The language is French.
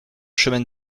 chemin